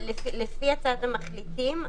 לפי הצעת המחליטים,